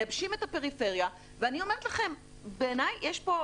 מייבשים את הפריפריה ואני אומרת לכם שבעיניי יש כאן